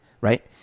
right